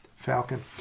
Falcon